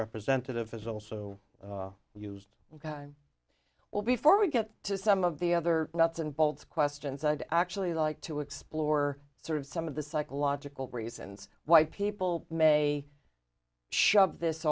representative has also used ok i'm well before we get to some of the other nuts and bolts questions i'd actually like to explore sort of some of the psychological reasons why people may shove this